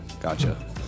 gotcha